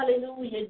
hallelujah